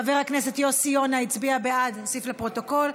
חבר הכנסת יוסי יונה הצביע בעד, להוסיף לפרוטוקול.